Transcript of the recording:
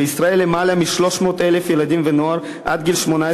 בישראל למעלה מ-300,000 ילדים ונוער עד גיל 18